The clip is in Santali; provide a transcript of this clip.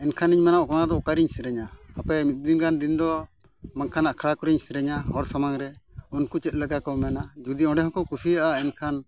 ᱮᱱᱠᱷᱟᱱ ᱤᱧ ᱢᱮᱱᱟ ᱚᱱᱟᱫᱚ ᱚᱠᱟᱨᱮᱧ ᱥᱮᱨᱮᱧᱟ ᱦᱟᱯᱮ ᱢᱤᱫ ᱫᱤᱱ ᱜᱟᱱ ᱫᱤᱱᱫᱚ ᱵᱟᱝᱠᱷᱟᱱ ᱟᱠᱷᱲᱟ ᱠᱚᱨᱮᱧ ᱥᱮᱨᱮᱧᱟ ᱦᱚᱲ ᱥᱟᱢᱟᱝ ᱨᱮ ᱩᱱᱠᱩ ᱪᱮᱫ ᱞᱮᱠᱟ ᱠᱚ ᱢᱮᱱᱟ ᱡᱩᱫᱤ ᱚᱸᱰᱮᱦᱚᱸ ᱠᱚ ᱠᱩᱥᱤᱭᱟᱜᱼᱟ ᱮᱱᱠᱷᱟᱱ